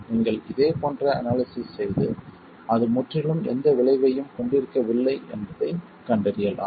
நீங்கள் இதே போன்ற அனாலிசிஸ் செய்து அது முற்றிலும் எந்த விளைவையும் கொண்டிருக்கவில்லை என்பதைக் கண்டறியலாம்